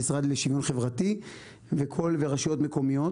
המשרד לשוויון חברתי ורשויות מקומיות.